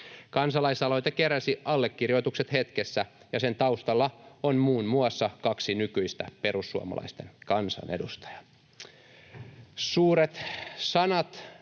Kansalaisaloite keräsi allekirjoitukset hetkessä, ja sen taustalla on muun muassa kaksi nykyistä perussuomalaisten kansanedustajaa. Suuret sanat